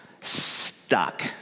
stuck